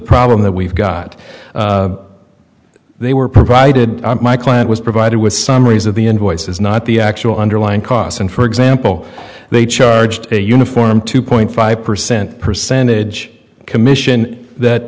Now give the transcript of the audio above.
problem that we've got they were provided my client was provided with summaries of the invoices not the actual underlying costs and for example they charged a uniform two point five percent percentage commission that